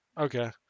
Okay